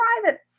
private